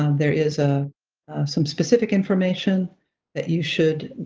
um there is ah some specific information that you should